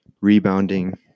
Rebounding